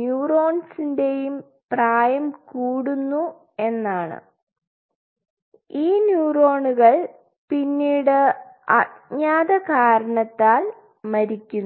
ന്യൂറോൺസിറെയും പ്രായം കൂടുന്നു എന്ന് ഈ ന്യൂറോണുകൾ പിന്നീട് അജ്ഞാത കാരണത്താൽ മരിക്കുന്നു